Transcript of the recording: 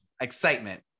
excitement